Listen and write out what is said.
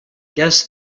guess